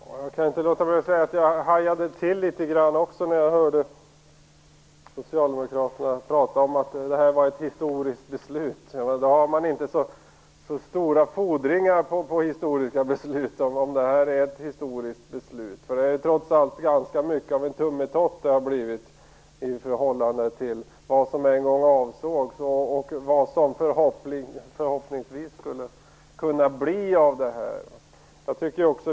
Fru talman! Jag kan inte låta bli att säga att jag hajade till litet grand när jag hörde Socialdemokraterna prata om att detta är ett historiskt beslut. Man har inte så stora fordringar på historiska beslut om man tycker att detta är ett sådant. Trots allt har detta blivit ganska mycket av en tummetott i förhållande till vad som en gång avsågs, och vad som förhoppningsvis skulle kunna bli av detta.